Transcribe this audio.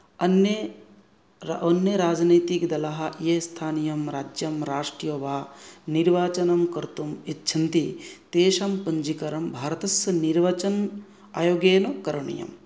अन्ये अन्ये राजनीतिकदलाः ये स्थानीयं राज्यं राष्ट्रं वा निर्वाचनं कर्तुम् इच्छन्ति तेषां पञ्जीकारं भारतस्य निर्वाचन आयोगे एव करणीयम्